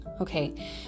Okay